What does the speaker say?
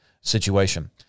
situation